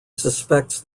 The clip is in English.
suspects